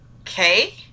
okay